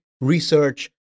research